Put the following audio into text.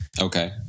Okay